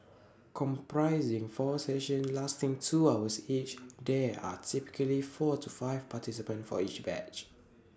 comprising four sessions lasting two hours each there are typically four to five participants for each batch